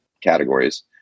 categories